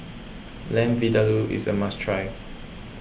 Lamb Vindaloo is a must try